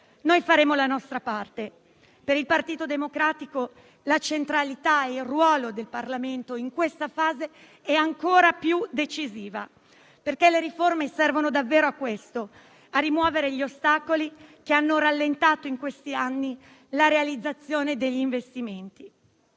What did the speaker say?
Noi faremo la nostra parte. Per il Partito Democratico la centralità e il ruolo del Parlamento in questa fase sono ancora più decisivi perché le riforme servono davvero a rimuovere gli ostacoli che hanno rallentato in questi anni la realizzazione degli investimenti.